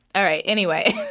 all right, anyway.